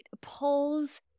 pulls